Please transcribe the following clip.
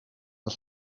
het